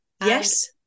Yes